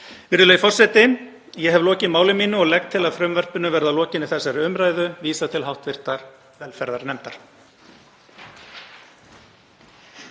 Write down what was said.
Virðulegi forseti. Ég hef lokið máli mínu og legg til að frumvarpinu verði að lokinni þessari umræðu vísað til hv. velferðarnefndar.